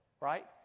right